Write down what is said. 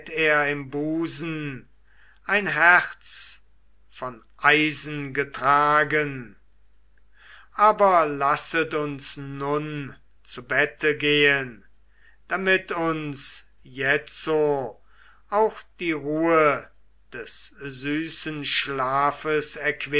er im busen ein herz von eisen getragen aber lasset uns nun zu bette gehen damit uns jetzo auch die ruhe des süßen schlafes